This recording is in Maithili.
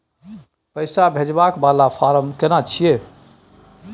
पैसा भेजबाक वाला फारम केना छिए?